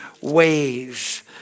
ways